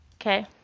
Okay